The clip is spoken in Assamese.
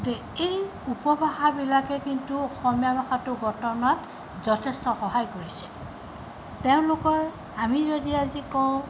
গতিকে এই উপভাষাবিলাকে কিন্তু অসমীয়া ভাষাটো গঠনত যথেষ্ট সহায় কৰিছে তেওঁলোকৰ আমি যদি আজি কওঁ